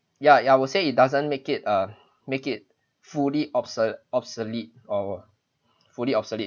ya I will say it doesn't make it a make it fully obse~ obsolete or fully obsolete